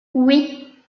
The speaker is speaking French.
oui